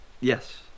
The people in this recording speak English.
Yes